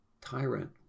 tyrant